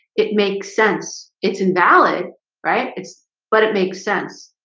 it makes sense it's invalid right? it's but it makes sense.